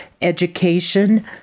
education